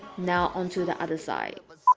now on to the other side all